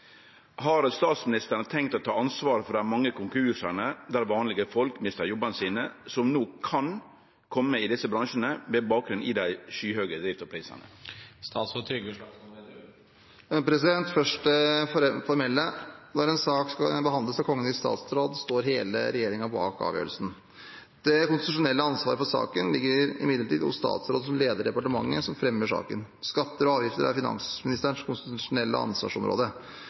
Har statsministeren tenkt å ta ansvaret for dei mange konkursane der «vanlege folk» mistar jobbane sine, som no kan kome i desse bransjane med bakgrunn i dei skyhøge drivstoffprisane?» Først det formelle: Når en sak skal behandles av Kongen i statsråd, står hele regjeringen bak avgjørelsen. Det konstitusjonelle ansvaret for saken ligger imidlertid hos statsråden som leder departementet som fremmer saken. Skatter og avgifter er finansministerens konstitusjonelle ansvarsområde.